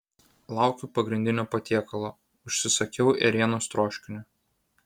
laukiu pagrindinio patiekalo užsisakiau ėrienos troškinio